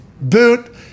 boot